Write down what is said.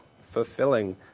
fulfilling